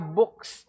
books